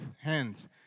hands